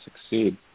succeed